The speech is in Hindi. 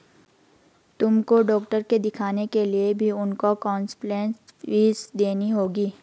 तुमको डॉक्टर के दिखाने के लिए भी उनको कंसलटेन्स फीस देनी होगी